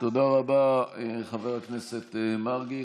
תודה רבה, חבר הכנסת מרגי.